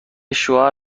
شوهر